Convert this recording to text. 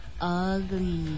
Ugly